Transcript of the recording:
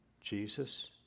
Jesus